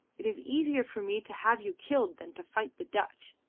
it is easier for me to have you killed than to fight the dutch.